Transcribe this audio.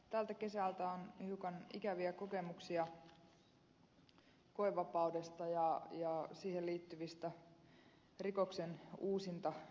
tältä kesältä on hiukan ikäviä kokemuksia koevapaudesta ja siihen liittyvistä rikoksenuusintatapauksista